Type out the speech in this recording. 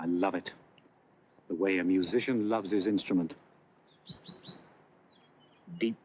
i love it the way a musician loves his instrument